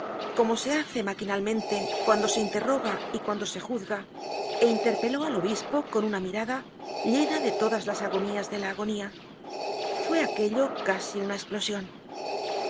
como se hace maquinalmente cuando se interroga y cuando se juzga é interpeló al obispo con una mirada llena'de todas las agonías de la agonía fue aquello casi una esplosion